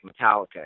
Metallica